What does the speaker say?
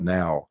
now